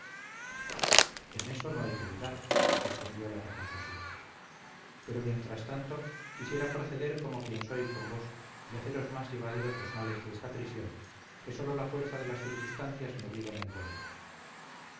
en eso no hay que dudar respondió lara con sosiego pero mientras tanto quisiera proceder como quien soy con vos y haceros más llevaderos los males de esta prisión que sólo la fuerza de las circunstancias me obligan a imponeros